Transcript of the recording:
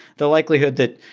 the likelihood that,